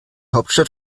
hauptstadt